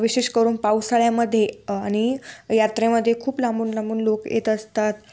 विशेष करून पावसाळ्यामध्ये आणि यात्रेमध्ये खूप लांबून लांबून लोक येत असतात